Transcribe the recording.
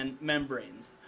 membranes